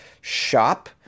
shop